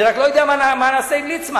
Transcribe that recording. אני רק לא יודע מה נעשה עם ליצמן,